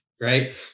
right